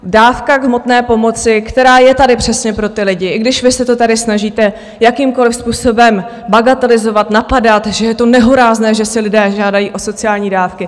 Dávka v hmotné pomoci, která je tady přesně pro ty lidi, i když vy se to tady snažíte jakýmkoliv způsobem bagatelizovat, napadat, že je to nehorázné, že si lidé žádají o sociální dávky.